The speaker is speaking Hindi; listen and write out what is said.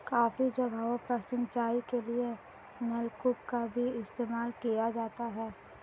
काफी जगहों पर सिंचाई के लिए नलकूप का भी इस्तेमाल किया जाता है